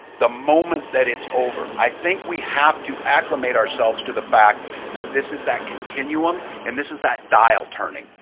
the moment that it's over. i think we have to alimbate ourselves to the fact that this is that continuum and this is that dial turning.